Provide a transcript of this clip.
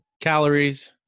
calories